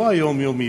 לא ביום-יום,